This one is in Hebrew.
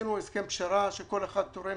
עשינו הסכם פשרה שכל אחד תורם